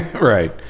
Right